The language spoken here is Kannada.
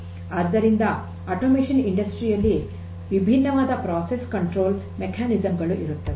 ಆದ್ದರಿಂದ ಯಾಂತ್ರೀಕೃತಗೊಂಡ ಕೈಗಾರಿಕೆಯಲ್ಲಿ ವಿಭಿನ್ನವಾದ ಪ್ರಕ್ರಿಯೆ ನಿಯಂತ್ರಣ ಕಾರ್ಯವಿಧಾನಗಳು ಇರುತ್ತವೆ